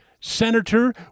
Senator